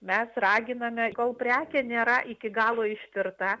mes raginame kol prekė nėra iki galo ištirta